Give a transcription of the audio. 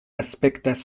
aspektas